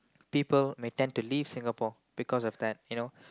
people may tend to leave Singapore because of that you know